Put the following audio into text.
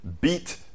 beat